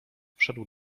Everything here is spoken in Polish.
wszedł